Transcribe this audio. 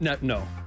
no